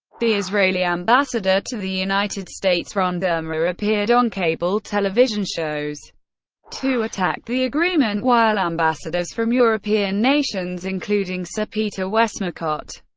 the israeli ambassador to the united states ron dermer appeared on cable television shows to attack the agreement, while ambassadors from european nations, including sir peter westmacott,